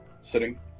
sitting